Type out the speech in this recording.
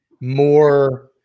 more